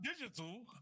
digital